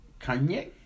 Kanye